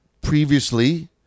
previously